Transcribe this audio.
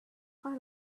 our